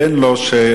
תן לו לפחות,